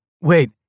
Wait